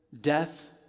death